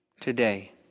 today